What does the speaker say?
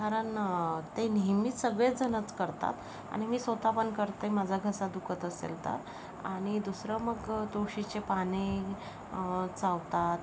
कारण ते नेहमीच सगळेचजणच करतात आणि मी स्वतः पण करते माझा घसा दुखत असेल तर आणि दुसरं मग तुळशीचे पाने चावतात